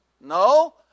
No